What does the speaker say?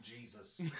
Jesus